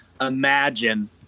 imagine